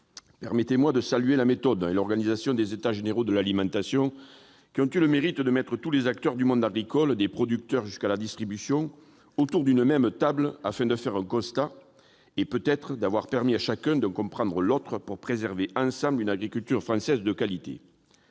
permettez-moi de saluer la méthode et l'organisation des États généraux de l'alimentation, qui ont eu le mérite de mettre tous les acteurs du monde agricole, des producteurs jusqu'à la distribution, autour d'une même table, afin de dresser un constat. Ils ont peut-être aussi permis à chacun de comprendre l'autre pour préserver ensemble une agriculture française de qualité.